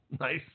Nice